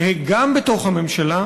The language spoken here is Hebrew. גם בתוך הממשלה,